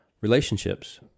Relationships